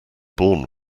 born